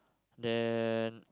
then